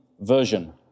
version